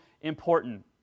important